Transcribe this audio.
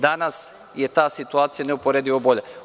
Danas je ta situacija neuporedivo bolja.